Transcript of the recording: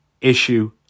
issue